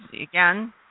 Again